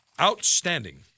Outstanding